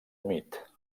humit